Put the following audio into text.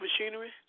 machinery